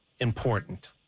important